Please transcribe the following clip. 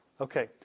Okay